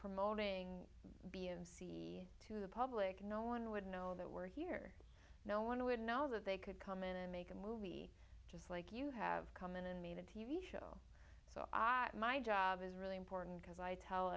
promoting b and c to the public no one would know that we're here no one would know that they could come in and make a movie just like you have come in and made a t v show so i my job is really important because i tell